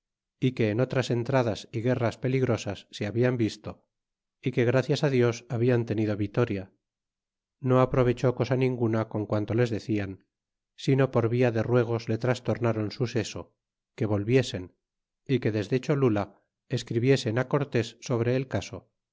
y que en otras entradas y guerras peligrosas se hablan visto e que gracias dios hablan tenido vitoria no aprovechó cosa ninguna con quanto les decian sino por via de ruegos le trastornron su seso que volviesen y que desde cholula escribiesen cortés sobre el caso